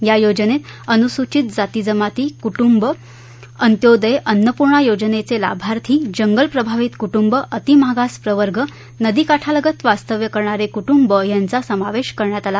या योजनेत अनुसूचित जाती जमाती कुटुंब अंत्योदय अन्नपूर्णा योजनेचे लाभार्थी जंगल प्रभावित कुटुंब अति मागासप्रवर्ग नदीकाठालगत वास्तव्य करणारे कुटुंब आदिंचा समावेश करण्यात आला